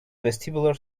vestibular